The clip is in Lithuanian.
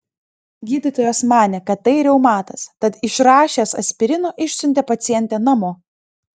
gydytojas manė kad tai reumatas tad išrašęs aspirino išsiuntė pacientę namo